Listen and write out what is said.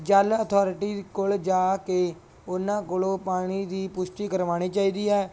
ਜਲ ਅਥੋਰਿਟੀ ਕੋਲ ਜਾ ਕੇ ਉਹਨਾਂ ਕੋਲੋਂ ਪਾਣੀ ਦੀ ਪੁਸ਼ਟੀ ਕਰਵਾਉਣੀ ਚਾਹੀਦੀ ਹੈ